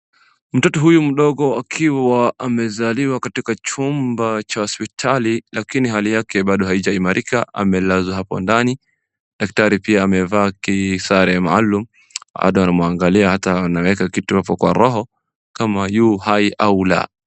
Mtoto huyu mdogo akiwa amezaliwa katika chumba cha hospitali lakini hali yake bado haijaimarika amelazwa hapo ndani. Daktari pia amevaa kisare maalum bado anamwangalia hata anaweka kitu hapo kwa roho kama yu uhai au la.